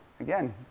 Again